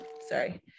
sorry